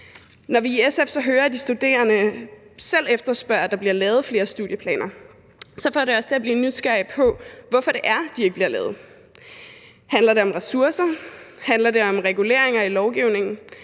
Når vi i SF så hører, at de studerende selv efterspørger, at der bliver lavet flere studiepladser, så får det os til at blive nysgerrige på, hvorfor det er, at de ikke bliver lavet. Handler det om ressourcer; handler det om reguleringer i lovgivningen;